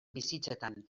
bizitzetan